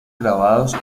grabados